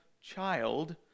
child